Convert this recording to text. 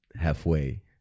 halfway